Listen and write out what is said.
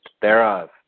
thereof